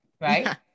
Right